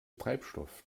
treibstoff